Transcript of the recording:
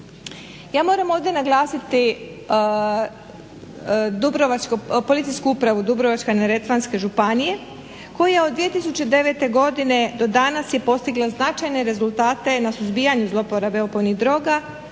Ja moram ovdje naglasiti Policijsku upravu Dubrovačko-neretvanske županije koja od 2009. godine do danas je postigla značajne rezultate na suzbijanju zlouporabe opojnih droga